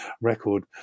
record